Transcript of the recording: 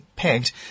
Pegged